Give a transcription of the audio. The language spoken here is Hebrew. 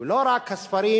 לא רק הספרים